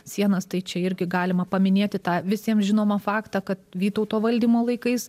sienas tai čia irgi galima paminėti tą visiems žinomą faktą kad vytauto valdymo laikais